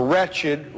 Wretched